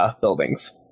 buildings